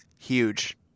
Huge